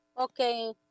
Okay